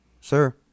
Sir